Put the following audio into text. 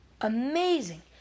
amazing